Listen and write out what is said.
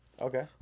Okay